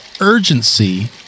urgency